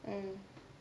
mm